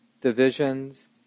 divisions